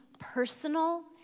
personal